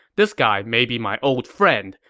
this guy may be my old friend,